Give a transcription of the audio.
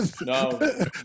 No